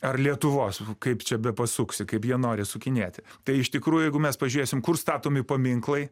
ar lietuvos kaip čia bepasuksi kaip jie nori sukinėti tai iš tikrųjų jeigu mes pažiūrėsim kur statomi paminklai